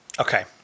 okay